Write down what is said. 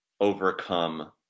overcome